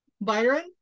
Byron